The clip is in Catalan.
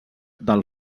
del